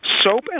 Soap